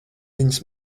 viņas